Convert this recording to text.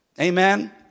Amen